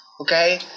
okay